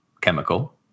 chemical